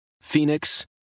Phoenix